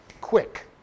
quick